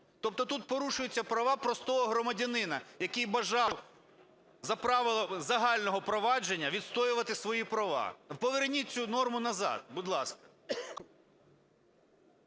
Тобто тут порушуються права простого громадянина, який бажав за правилами загального провадження відстоювати свої права. Поверніть цю норму назад, будь ласка.